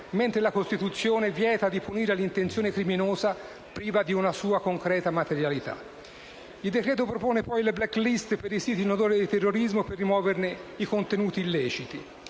mentre la Costituzione vieta di punire l'intenzione criminosa priva di una sua concreta materialità. Il decreto-legge propone poi le *black list* per i siti in odore di terrorismo per rimuoverne i contenuti illeciti.